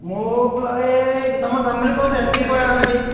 মোৰফালৰ এই দুটামান যাম বুলি কৈছে কি কৰে আৰু সিহঁতি